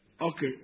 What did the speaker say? Okay